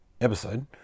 episode